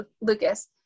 Lucas